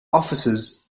offices